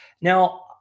Now